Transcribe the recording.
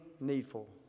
needful